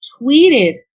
tweeted